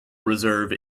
reserve